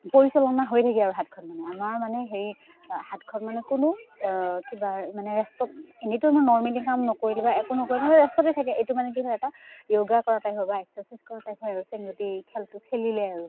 পৰিচালনা হৈ থাকে আৰু হাতখন মানে আমাৰ মানে হেৰি হাতখন মানে কোনো কিবা মানে ৰেষ্টত এনেইটো আমাৰ নৰ্মেলি কাম নকৰিলে বা একো নকৰিলে মানে ৰেষ্টতে থাকে এইটো মানে কি হয় এটা যোগা কৰা টাইপ হয় বা এক্সাৰচাইজ কৰা টাইপ হয় আৰু চেংগুটি খেলটো খেলিলে আৰু